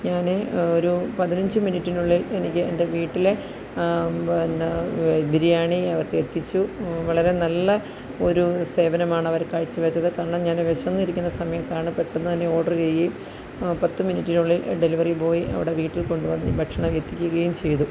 ഞാൻ ഒരു പതിനഞ്ച് മിനിറ്റിനുള്ളില് എനിക്ക് എന്റെ വീട്ടിൽ പിന്നെ ബിരിയാണി അവർക്ക് എത്തിച്ചു വളരെ നല്ല ഒരു സേവനമാണ് അവര് കാഴ്ചവെച്ചത് കാരണം ഞാന് വിശന്നിരിക്കുന്ന സമയത്താണ് പെട്ടെന്ന് തന്നെ ഓര്ഡര് ചെയ്യുകയും പത്ത് മിനിറ്റിനുള്ളില് ഡെലിവറി ബോയ് അവിടെ വീട്ടില് കൊണ്ടുവന്ന് ഭക്ഷണം എത്തിക്കുകയും ചെയ്തു